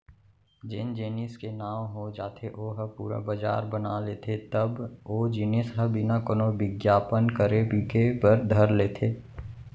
जेन जेनिस के नांव हो जाथे ओ ह पुरा बजार बना लेथे तब ओ जिनिस ह बिना कोनो बिग्यापन करे बिके बर धर लेथे